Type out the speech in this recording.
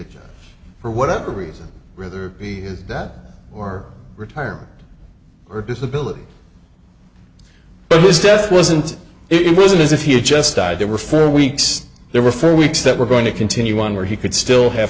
judge for whatever reason rather be that or retirement or disability but his death wasn't it wasn't as if he had just died there were for weeks there were for weeks that were going to continue one where he could still have